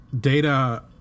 Data